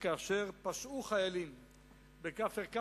שכאשר פשעו חיילים בכפר-קאסם,